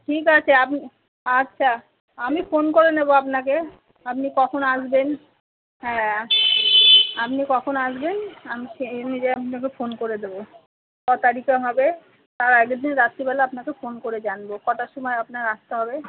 ঠিক আছে আপনি আচ্ছা আমি ফোন করে নেব আপনাকে আপনি কখন আসবেন হ্যাঁ আপনি কখন আসবেন আমি সেই অনুযায়ী আপনাকে ফোন করে দেবো ছ তারিখে হবে তার আগের দিন রাত্রিবেলা আপনাকে ফোন করে জানব কটার সময় আপনার আসতে হবে